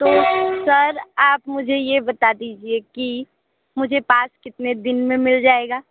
तो सर आप मुझे ये बता दीजीए की मुझे पास कितने दिन में मिल जाएगा